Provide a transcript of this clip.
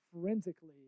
forensically